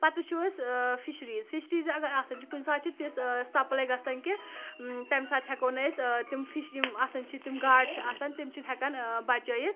پَتہٕ وُچھو أسۍ ٲں فِشریٖز فِشریٖز اگر آسان چھِ کُنہِ ساتہٕ چھِ تِژھ ٲں سَپلاے گژھان کہِ اۭں تَمہِ ساتہٕ ہیٚکو نہٕ أسۍ ٲں تِم فِش یِم آسان چھِ تِم گاڑٕچھِ آسان تِم چھِنہٕ ہیٚکان ٲں بَچٲیِتھ